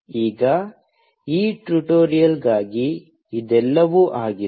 ಈಗ ಈ ಟ್ಯುಟೋರಿಯಲ್ಗಾಗಿ ಇದೆಲ್ಲವೂ ಆಗಿದೆ